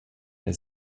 der